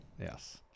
Yes